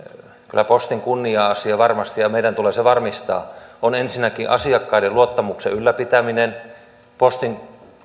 kyllä postin kunnia asia varmasti ja meidän tulee se varmistaa on ensinnäkin asiakkaiden luottamuksen ylläpitäminen postin